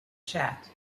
chat